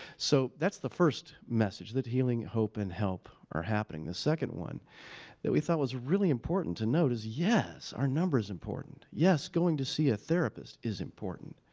so, that's the first message, that healing, hope, and help are happening. the second one that we thought was really important to note is, yes, are numbers important? yes, going to see a therapist is important.